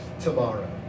tomorrow